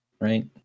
Right